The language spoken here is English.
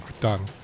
Done